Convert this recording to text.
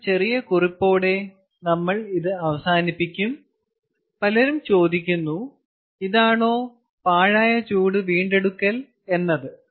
ഒരു ചെറിയ കുറിപ്പോടെ നമ്മൾ ഇതു അവസാനിപ്പിക്കും പലരും ചോദിക്കുന്നു ഇതാണോ പാഴായ ചൂട് വീണ്ടെടുക്കൽ എന്നത്